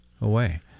away